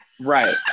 Right